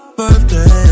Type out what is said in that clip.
birthday